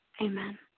Amen